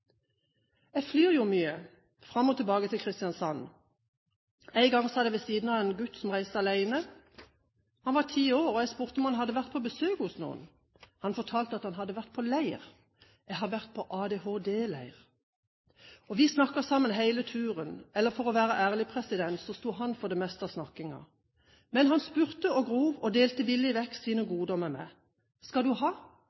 Jeg flyr jo mye – fram og tilbake til Kristiansand. En gang satt jeg ved siden av en gutt som reiste alene. Han var ti år, og jeg spurte om han hadde vært på besøk hos noen. Han fortalte at han hadde vært på leir: Jeg har vært på ADHD-leir. Vi snakket sammen hele turen – eller for å være ærlig, så sto han for det meste av snakkingen. Men han spurte og grov og delte villig vekk sine